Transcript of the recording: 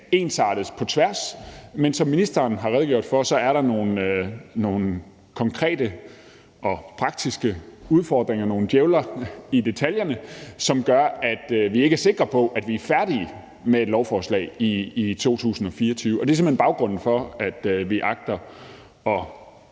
ensartes på tværs, men som ministeren har redegjort for, er der nogle konkrete og praktiske udfordringer – nogle djævle i detaljerne – som gør, at vi ikke er sikre på, at vi er færdige med et lovforslag i 2024. Det er simpelt hen baggrunden for, at vi agter at